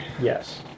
Yes